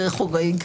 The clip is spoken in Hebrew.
זה חורג.